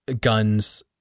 guns